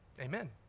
Amen